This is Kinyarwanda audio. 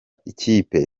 kipe